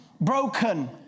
broken